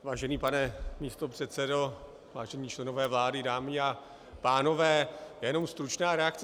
Vážený pane místopředsedo, vážení členové vlády, dámy a pánové, jenom stručná reakce.